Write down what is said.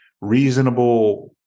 reasonable